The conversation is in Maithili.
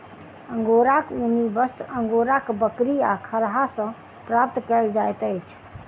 अंगोराक ऊनी वस्त्र अंगोरा बकरी आ खरहा सॅ प्राप्त कयल जाइत अछि